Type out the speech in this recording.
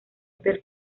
del